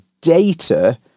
data